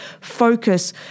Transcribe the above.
focus